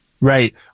Right